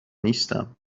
نیستم